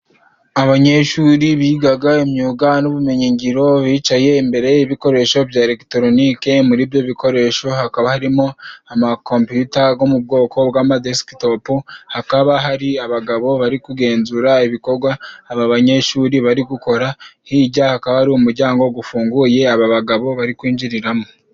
Abanyeshuri bigaga imyuga n'ubumenyingiro bicaye imbere y'ibikoresho bya elegitoronike muri ibyo bikoresho hakaba harimo amakopiyuta go mu bwoko bw'amadesikitopu hakaba hari abagabo bari kugenzura ibikorwa aba banyeshuri bari gukora hijya hakaba hari umujyango gufunguye aba bagabo bari kwinjiriramo.